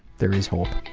there is hope.